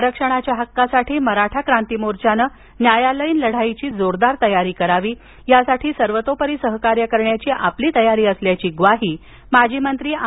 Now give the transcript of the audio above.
आरक्षणाच्या हक्कासाठी मराठा क्रांती मोर्चाने न्यायालयीन लढाईची जोरदार तयारी करावी यासाठी सर्वतोपरी सहकार्य करण्याची आपली तयारी असल्याची ग्वाही माजी मंत्री आ